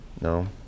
No